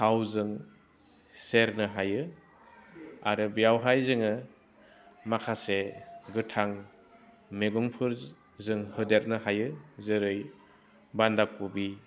थावजों सेरनो हायो आरो बेयावहाय जोङो माखासे गोथां मैगंफोर जों होदेरनो हायो जेरै बान्दा खबि